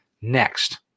next